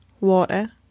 Water